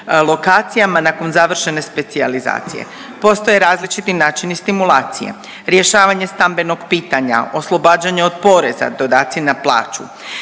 lokacijama nakon završene specijalizacije. Postoje različiti načini stimulacije, rješavanje stambenog pitanja, oslobađanje od poreza, dodaci na plaću